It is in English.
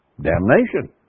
damnation